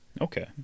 Okay